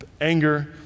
anger